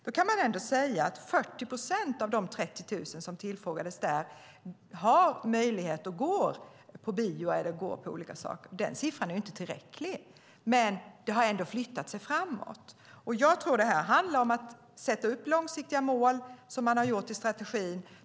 Då kan man ändå säga att 40 procent av de 30 000 som tillfrågades har möjlighet att gå, och går, på bio och olika saker. Den siffran är inte tillräcklig, men det har ändå flyttat sig framåt. Jag tror att detta handlar om att sätta upp långsiktiga mål, som man har gjort i strategin.